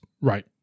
Right